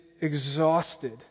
exhausted